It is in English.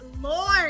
Lord